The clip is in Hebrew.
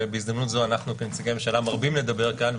ובהזדמנות זו אנחנו כנציגי ממשלה מרבים לדבר כאן,